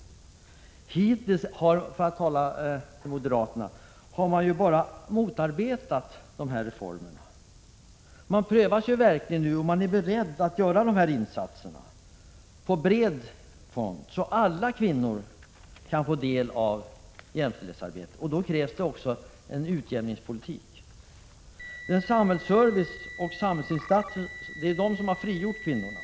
Hittills har moderaterna bara motarbetat alla reformer. Vi för vår del är emellertid nu beredda att göra insatser på bred front, så att alla kvinnor kan få del av jämställdhetsarbetet. Då krävs det också en utjämningspolitik. Det är samhällsservicen och samhällsinsatserna som har frigjort kvinnorna.